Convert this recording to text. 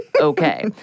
okay